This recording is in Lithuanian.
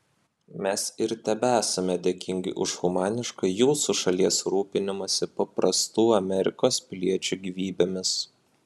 mes ir tebesame dėkingi už humanišką jūsų šalies rūpinimąsi paprastų amerikos piliečių gyvybėmis